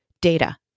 data